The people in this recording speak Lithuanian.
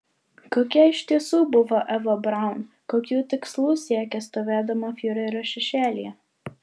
kokia iš tiesų buvo eva braun kokių tikslų siekė stovėdama fiurerio šešėlyje